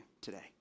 today